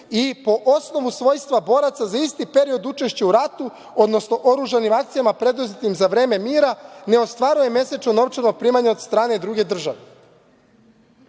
i, po osnovu svojstva boraca za isti period učešća u ratu, odnosno oružanim akcijama preduzetim za vreme mira, ne ostvaruje mesečna novčana primanja od strane druge države. Znači,